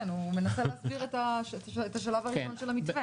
כן, הוא מנסה להסביר את השלב הראשון של המתווה.